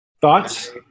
Thoughts